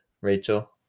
Rachel